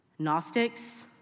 Gnostics